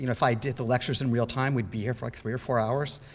you know if i did the lectures in real time, we'd be here for like three or four hours.